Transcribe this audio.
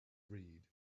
read